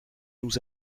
nous